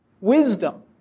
wisdom